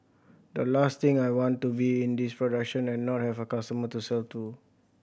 the last thing I want to be in this production and not have a customer to sell to